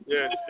Yes